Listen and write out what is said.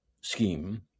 scheme